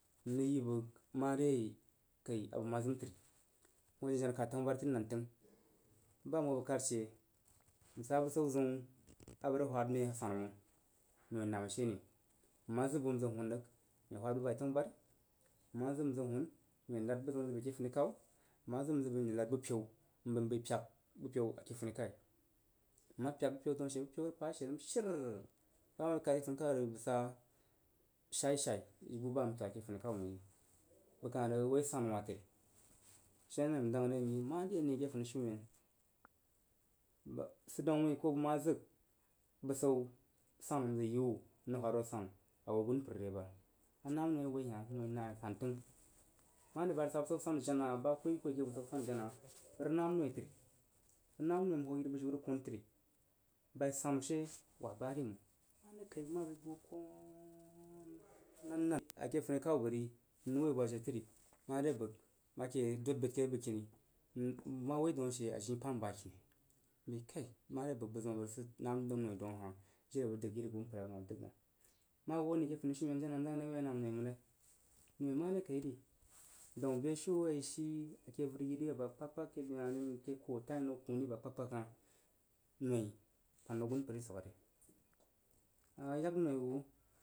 Nyi bəg mare kai azəg ma zim təri n hoo jena jena kad tanu bari təri nan təng ban who bəg kad she n sa bəsan zəu a bəg rəg whad məi asanu məng noi nami she ne, ni ma zəg bun zəg mun rəg nye whad bəg bai tanubari nma zəg nzə hunye nad bu n ho bə ike funi kau, mma zəg nzə hun n ye nadbu peu nbəi nbəi pyak bupeu ake funi kaw mma pyak bu pen daya she pu pen rog paa ishe nəm shirr ba ma bəi kad ke funi kau məiri bəg rəg sa shai shai bəg buba m pyak a ke funikauməiri bəg kah rəg woi sanuwah təri. She ne n dang re yi mare ane ke funi shi umen gidaun nəi bəg ma sigbəsau sanu n zəg yiwu n rəg whad roo sanu a wu gunpər re ba anamnoi a wai noi nami san təng. Mare ba rəg sa bəsan sana əena ba whoi who n rəg sa bəsau sanu jena bəg rəg nam noi, bə rəg nam noi n hoo yiri budiu rəg kin təri bai sanu she wab ba ri məng mare kai bəg ma hoo konkon nan nan ake funikau bəri mare bəg did ba ke bəgkini bəg mawoi danashe adiin pan ba kini bəi kai mare bəg bəg zim a bəg nam noi dan ahah jiri bəg dəg yiri bujin ke funikau məng awu ane ndang wui anam noi məng re noi mare kai daun beshin ye a shi ake avəriyiri aba kpag ke le hah ri a ke tain nəu koh ri aba kpagkpag hah noi pan hoo asunpər ri swag re